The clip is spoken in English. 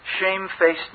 shamefacedness